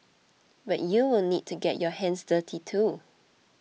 but you will need to get your hands dirty too